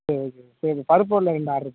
சரி சரி பருப்பு வடையில் ரெண்டு ஆட்ரு போட்டுருங்க